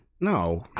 no